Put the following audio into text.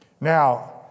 Now